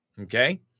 okay